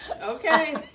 okay